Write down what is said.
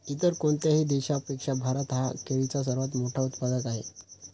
इतर कोणत्याही देशापेक्षा भारत हा केळीचा सर्वात मोठा उत्पादक आहे